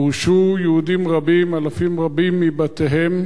גורשו יהודים רבים, אלפים רבים מבתיהם